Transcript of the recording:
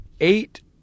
eight